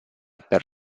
per